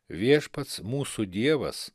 viešpats mūsų dievas